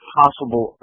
possible